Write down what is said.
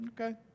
Okay